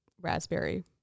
Raspberry